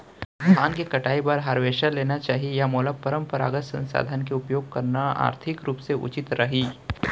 धान के कटाई बर हारवेस्टर लेना चाही या मोला परम्परागत संसाधन के उपयोग करना आर्थिक रूप से उचित रही?